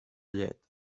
llet